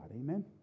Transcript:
amen